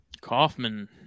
Kaufman